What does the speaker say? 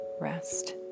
rest